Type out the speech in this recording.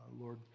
Lord